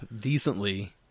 decently